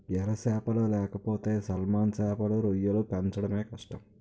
ఎర సేపలు లేకపోతే సాల్మన్ సేపలు, రొయ్యలు పెంచడమే కష్టం